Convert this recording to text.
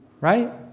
Right